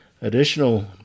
additional